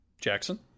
Jackson